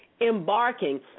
embarking